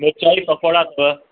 मिर्चाई पकौड़ा अथव